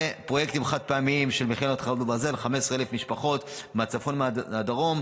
ופרויקטים חד-פעמיים ל-15,000 משפחות מהצפון והדרום